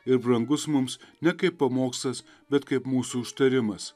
ir brangus mums ne kaip pamokslas bet kaip mūsų užtarimas